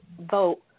vote